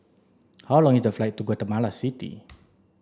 how long is the flight to Guatemala City